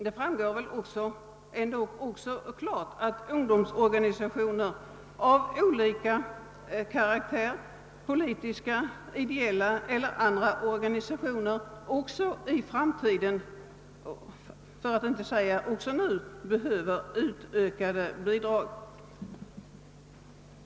Det framstår väl ändå som fullt klart att ungdomsörganisationer av olika slag — politiska, ideella och andra — nu och i framtiden behöver större bidrag.